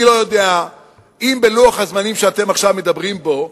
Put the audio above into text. אני לא יודע אם בלוח הזמנים שאתם עכשיו מדברים בו,